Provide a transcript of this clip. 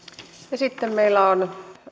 sitten meillä on